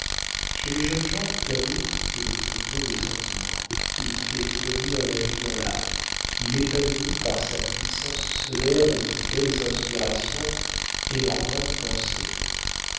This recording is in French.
chez les jeunes gens l'amour est le plus beau des sentiments il fait fleurir la vie dans l'âme il épanouit par sa puissance solaire les plus belles inspirations et leurs grandes pensées